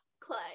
clay